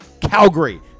calgary